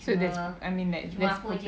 so tha~ I mean like there's